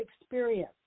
experience